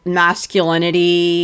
masculinity